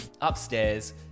upstairs